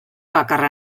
bakarra